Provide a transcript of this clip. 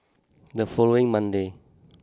the following Monday